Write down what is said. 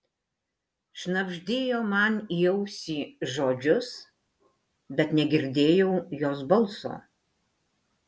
šnabždėjo man į ausį žodžius bet negirdėjau jos balso